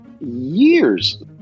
years